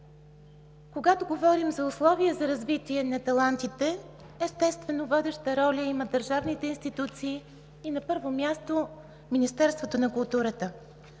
Когато говорим за условия за развитие на талантите, естествено водеща роля имат държавните институции и на първо място Министерството на културата.